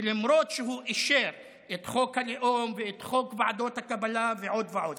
ולמרות שהוא אישר את חוק הלאום ואת חוק ועדות הקבלה ועוד ועוד.